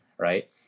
right